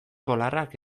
polarrak